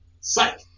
Psych